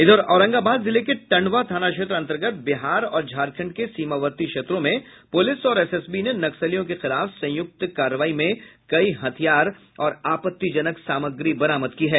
इधर औरंगाबाद जिले के टंडवा थाना क्षेत्र अंतर्गत बिहार और झारखंड के सीमावर्ती क्षेत्रों में पुलिस और एसएसबी ने नक्सलियों के खिलाफ संयुक्त कार्रवाई में कई हथियार और आपत्तिजनक साम्रगी बरामद की है